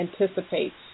anticipates